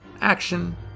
action